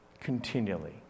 continually